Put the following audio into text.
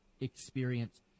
Experience